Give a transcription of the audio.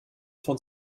von